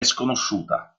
sconosciuta